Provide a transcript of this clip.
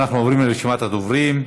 אנחנו עוברים לרשימת הדוברים.